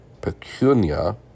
Pecunia